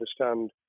understand